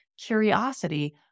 curiosity